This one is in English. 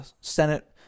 Senate –